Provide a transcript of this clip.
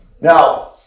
Now